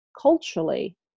culturally